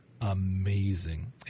amazing